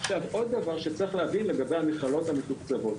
עוד דבר שצריך להבין לגבי המכללות המתוקצבות,